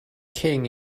king